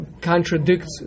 contradicts